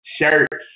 shirts